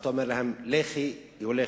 שכשאתה אומר להן "לכי" הן הולכות,